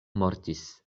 mortis